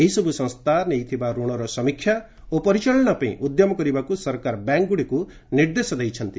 ଏହିସବୁ ସଂସ୍ଥା ନେଇଥିବା ଋଣର ସମୀକ୍ଷା ଓ ପରିଚାଳନା ପାଇଁ ଉଦ୍ୟମ କରିବାକୁ ସରକାର ବ୍ୟାଙ୍କ୍ଗୁଡ଼ିକୁ ନିର୍ଦ୍ଦେଶ ଦେଇଛନ୍ତି